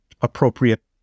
appropriate